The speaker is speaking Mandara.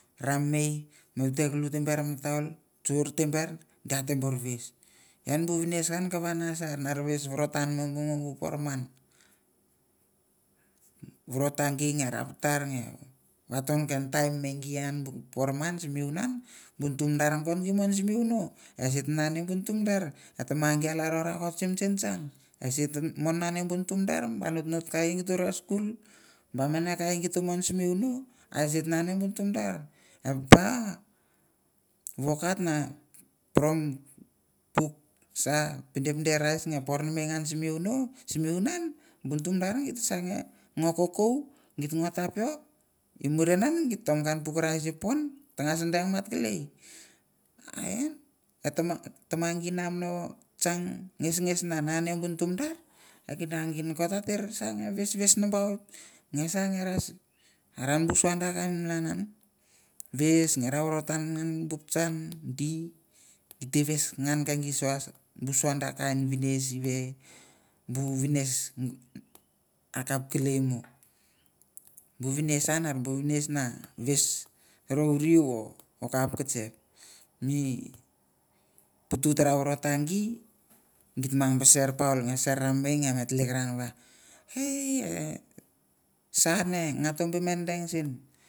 Ranmei me veteklu tember mi taul, tsor tember di a te bor ves, ian bu vines an kava na sa nar ves vorotan bu poroman. Vorota gi nge ra patar nge vaton ken taim me gi ian bu poroman simi vunan bu ntu madar nokot gi mon simi vono, ese ta nane bu ntu madar e tama gi a lalro rakot sim tsantsang ese ta mon nane bu ntu madar, ba notnot ka i gi to ra skul, ba mene kai gi to mon simi vono ese ta nane bu ntu madar. E papa wok hat na poro puk sa pinde rice nge por nemei ngan simi vono, simi vunan bu nutu madar git sa nge nge kokou, gi ngo tapiok i murin an git tam kan puk rice i popon ta ngas deng mat kelei. A ian e tama gi ne am no tsang nges nges nges na nane bu nutu madar, e kina gi nokot ate ra sa nge ves ves nambaut nge sa nge ra are bu sua da kain malan an, ves nge ra voratan ian bu patsan di, gi te ves ngan ke gi sua sua da kain vines i ve bu vines akap kelei mo, bu vines an bu vine na ves rouriu o okap katsep. Mi putu taro vorota gi. git manga ba ser paul nge ser ranmei nge tlekeran va ei e sa ne nga ta be me deng sen.